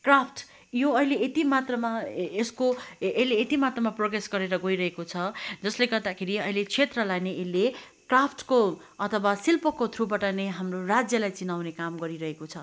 craft यो अहिले एति मात्रामा यसको यसले यति मात्रामा प्रोग्रेस गरेर गइरहेको छ जसले गर्दाखेरि अहिले क्षेत्रलाई नै यसले क्राफ्टको अथवा शिल्पको थ्रुबाट नै हाम्रो राज्यलाई चिनाउने काम गरिरहेको छ